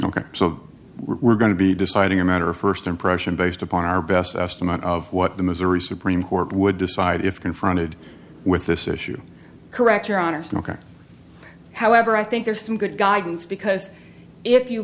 ok so we're going to be deciding a matter st impression based upon our best estimate of what the missouri supreme court would decide if confronted with this issue correct your honour's no however i think there's some good guidance because if you